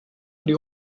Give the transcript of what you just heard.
oli